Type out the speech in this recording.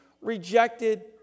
rejected